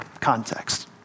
context